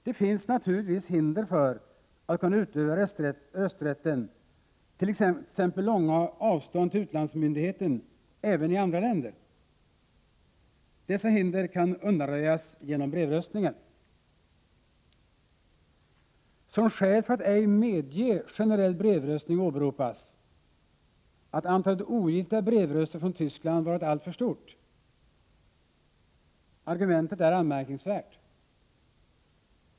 Det finns naturligtvis hinder för att kunna utöva rösträtten, t.ex. långa avstånd till utlandsmyndigheten, även i andra länder. Dessa hinder kan undanröjas genom brevröstningen. Som skäl för att ej medge generell brevröstning åberopas att andelen ogiltiga brevröster från Tyskland varit alltför stor. Argumentet är anmärkningsvärt.